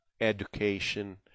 education